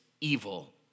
evil